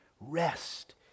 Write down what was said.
Rest